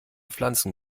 pflanzen